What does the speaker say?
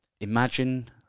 Imagine